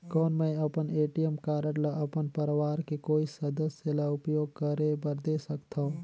कौन मैं अपन ए.टी.एम कारड ल अपन परवार के कोई सदस्य ल उपयोग करे बर दे सकथव?